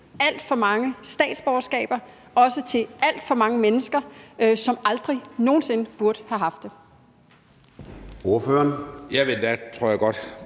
alt for mange statsborgerskaber – også til alt for mange mennesker, som aldrig nogen sinde burde have haft det?